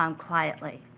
um quietly.